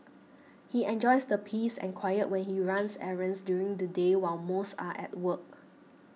he enjoys the peace and quiet when you runs errands during the day while most are at work